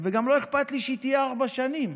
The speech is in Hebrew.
וגם לא אכפת לי שהיא תהיה ארבע שנים,